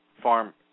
farm